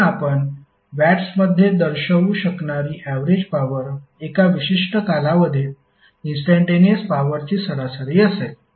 म्हणून आपण वॅट्समध्ये दर्शवू शकणारी ऍवरेज पॉवर एका विशिष्ट कालावधीत इंस्टंटेनिअस पॉवरची सरासरी असेल